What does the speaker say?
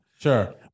Sure